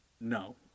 no